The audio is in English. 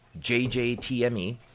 JJTME